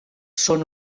són